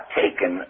taken